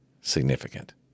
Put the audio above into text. significant